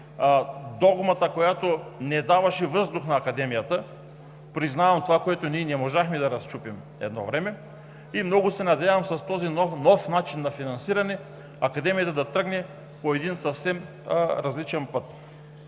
догмата, която не даваше въздух на Академията, признавам – това, което ние не можахме да разчупим едно време, и много се надявам с този нов начин на финансиране Академията да тръгне по един съвсем различен път.